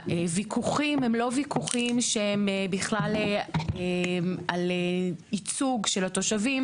הוויכוחים הם לא ויכוחים שהם בכלל על ייצוג של התושבים.